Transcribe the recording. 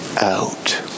out